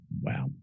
Wow